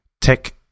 tech